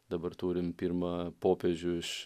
dabar turim pirmą popiežių iš